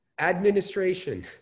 administration